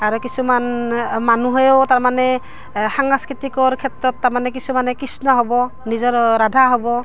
আৰু কিছুমান মানুহেও তাৰমানে সাংস্কৃতিকৰ ক্ষেত্ৰত তাৰমানে কিছুমানে কৃষ্ণ হ'ব নিজৰ ৰাধা হ'ব